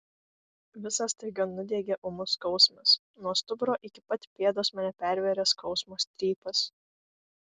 visą staiga nudiegė ūmus skausmas nuo stuburo iki pat pėdos mane pervėrė skausmo strypas